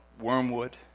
Wormwood